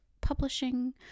publishing